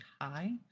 high